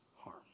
harm